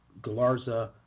Galarza